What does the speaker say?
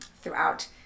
throughout